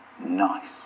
Nice